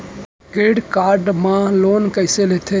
Credit card मा loan कइसे लेथे?